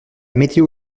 météo